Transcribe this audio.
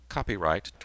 Copyright